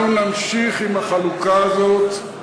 אנחנו נמשיך עם החלוקה הזאת, ונפעל,